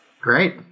Great